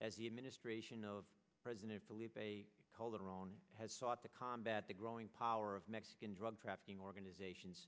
as the administration of president felipe calderon has sought to combat the growing power of mexican drug trafficking organizations